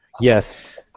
Yes